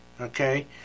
Okay